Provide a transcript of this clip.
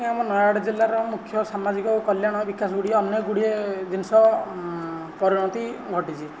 ଏହା ଆମ ନୟାଗଡ଼ ଜିଲ୍ଲାର ମୁଖ୍ୟ ସାମାଜିକ ଓ କଲ୍ୟାଣ ବିକାଶ ଗୁଡ଼ିଏ ଅନେକ ଗୁଡ଼ିଏ ଜିନିଷ ଉଁ ପରିଣତି ଘଟିଛି